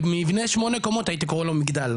על מבנה שמונה קומות הייתי קורה לו מגדל.